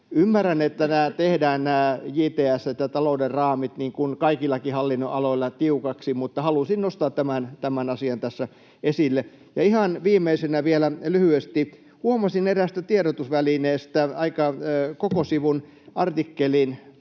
Ymmärrän, että nämä JTS:t ja talouden raamit tehdään tiukoiksi, niin kuin muillakin hallinnonaloilla, mutta halusin nostaa tämän asian tässä esille. Ihan viimeisenä vielä lyhyesti: Huomasin eräästä tiedotusvälineestä koko sivun artikkelin